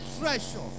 treasure